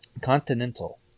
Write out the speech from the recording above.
Continental